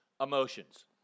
emotions